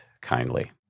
kindly